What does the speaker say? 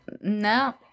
No